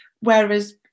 Whereas